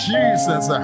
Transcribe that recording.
Jesus